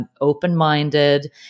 open-minded